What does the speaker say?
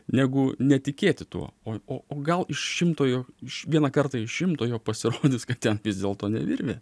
negu netikėti tuo o o o gal iš šimtojo iš vieną kartą iš šimtojo pasirodys kad ten vis dėlto ne virvė